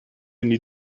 need